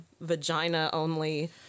vagina-only